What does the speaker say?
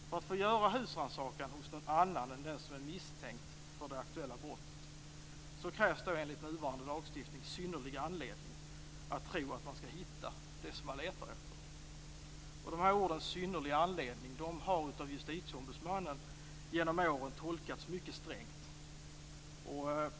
För att få göra husrannsakan hos någon annan än den som är misstänkt för det aktuella brottet, krävs det enligt nuvarande lagstiftning synnerlig anledning att tro att man skall hitta det som man letar efter. Orden "synnerlig anledning" har av Justitieombudsmannen genom åren tolkats mycket strängt.